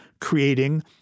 creating